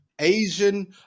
Asian